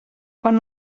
quan